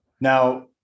Now